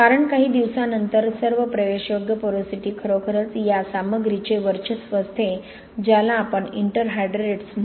कारण काही दिवसांनंतर सर्व प्रवेशयोग्य पोरोसिटी खरोखरच या सामग्रीचे वर्चस्व असते ज्याला आपण इंटरहायड्रेट्स interhydrates